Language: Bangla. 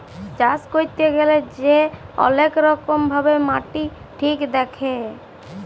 চাষ ক্যইরতে গ্যালে যে অলেক রকম ভাবে মাটি ঠিক দ্যাখে